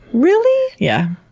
really? yeah,